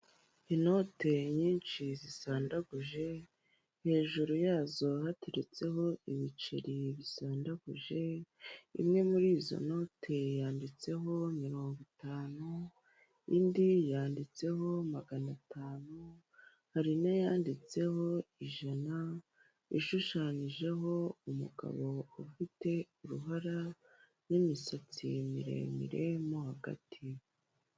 Inote nyinshi zisandaguje, hejuru yazo haturetseho ibiceri bisandaguje, imwe muri izo noteri yanditseho mirongo itanu, indi yanditseho magana atanu, hari n'ayanditseho ijana, ishushanyijeho umugabo ufite uruhara n'imisatsi miremire mo hagati.